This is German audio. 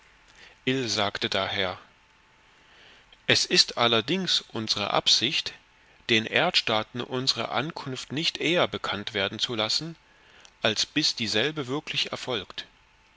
sagte daher es ist allerdings unsre absicht den erdstaaten unsre ankunft nicht eher bekanntwerden zu lassen als bis dieselbe wirklich erfolgt